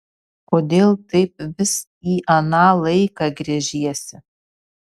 kodėl taip vis į aną laiką gręžiesi